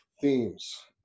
themes